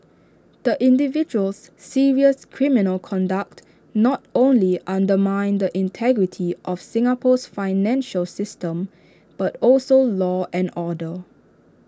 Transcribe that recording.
the individual's serious criminal conduct not only undermined the integrity of Singapore's financial system but also law and order